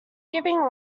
giving